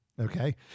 Okay